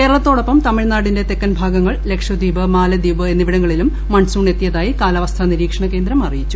കേരളത്തോടൊപ്പം തമിഴ്നാടിന്റെ തെക്കൻ ഭാഗങ്ങൾ ലക്ഷദ്വീപ് മാലദ്വീപ് എന്നിവിടങ്ങളിലും മൺസൂൺ എത്തിയതായി കാലാവസ്ഥാ നിരീക്ഷണ കേന്ദ്രം അറിയിച്ചു